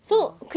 ya